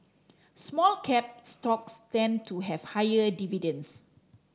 small cap stocks tend to have higher dividends